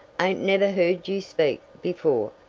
ain't never heard you speak, before,